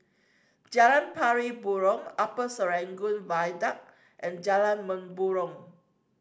Jalan Pari Burong Upper Serangoon Viaduct and Jalan Mempurong